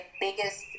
biggest